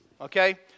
okay